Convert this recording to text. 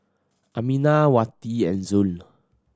Aminah Wati and Zul